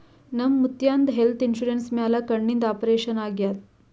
ನಮ್ ಮುತ್ಯಾಂದ್ health insurance ಮ್ಯಾಲ ಕಣ್ಣಿಂದ್ ಆಪರೇಷನ್ ಆಗ್ಯಾದ್